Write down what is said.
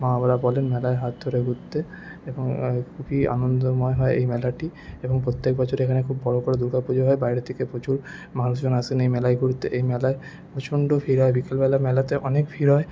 মা বাবারা বলে মেলায় হাত ধরে ঘুরতে এবং খুবই আনন্দমই হয় এই মেলাটি এবং প্রত্যেক বছর এখানে খুব বড়ো করে দুর্গাপুজো হয় বাইরে থেকে প্রচুর মানুষজন আসেন এই মেলায় ঘুরতে এই মেলায় প্রচণ্ড ভিড় হয় বিকেলবেলা মেলাতে অনেক ভিড় হয়